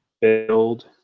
build